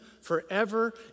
forever